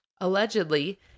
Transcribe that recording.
Allegedly